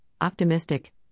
optimistic